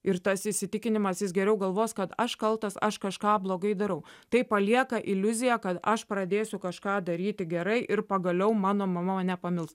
ir tas įsitikinimas jis geriau galvos kad aš kaltas aš kažką blogai darau tai palieka iliuziją kad aš pradėsiu kažką daryti gerai ir pagaliau mano mama mane pamils